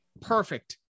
perfect